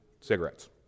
cigarettes